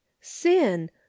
Sin